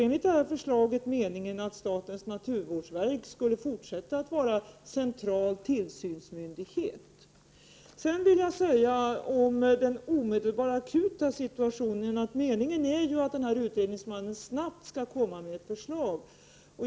Enligt förslaget är det meningen att statens naturvårdsverk skall fortsätta att vara central tillsynsmyndighet. Beträffande den akuta situationen vill jag säga att utredningsmannen snabbt skall komma med ett förslag.